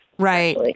Right